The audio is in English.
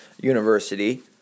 university